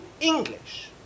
English